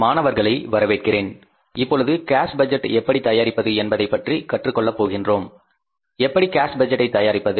மாணவர்களை வரவேற்கிறேன் இப்பொழுது கேஸ் பட்ஜெட் எப்படி தயாரிப்பது என்பதை பற்றி கற்றுக் கொள்ளப் போகின்றோம் எப்படி கேஸ் பட்ஜெட்டை தயாரிப்பது